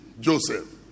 Joseph